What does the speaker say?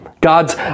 God's